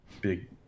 big